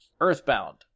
Earthbound